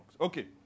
Okay